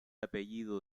apellido